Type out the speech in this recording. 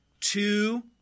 two